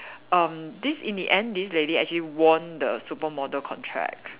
um this in the end this lady actually won the supermodel contract